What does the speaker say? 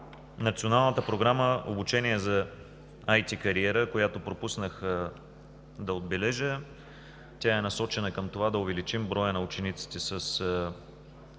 Националната програма „Обучение за IT кариера“, която пропуснах да отбележа, е насочена към това да увеличим броя на учениците с